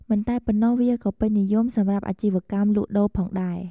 មិនតែប៉ុណ្ណោះ វាក៏ពេញនិយមសម្រាប់អាជីវកម្មលក់ដូរផងដែរ។